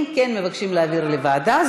אם כן מבקשים להעביר לוועדה, ועדה.